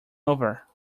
over